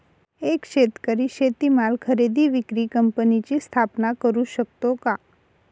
एक शेतकरी शेतीमाल खरेदी विक्री कंपनीची स्थापना करु शकतो का?